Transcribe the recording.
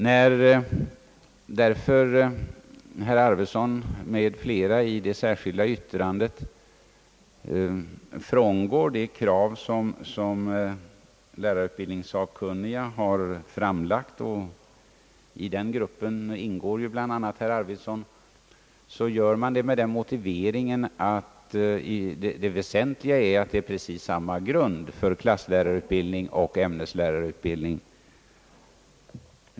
När herr Arvidson m.fl. i det särskilda yttrandet frångår de krav som lärarutbildningssakkunniga har uppställt — i den gruppen ingår ju även herr Arvidson — gör man det med den motiveringen att grunden är densamma för klasslärarutbildning och för ämneslärarutbildning.